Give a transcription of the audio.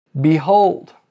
Behold